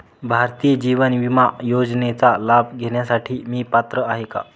भारतीय जीवन विमा योजनेचा लाभ घेण्यासाठी मी पात्र आहे का?